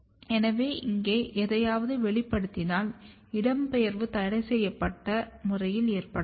எனவே இங்கே எதையாவது வெளிப்படுத்தினால் இடம்பெயர்வு தடைசெய்யப்பட்ட முறையில் ஏற்படலாம்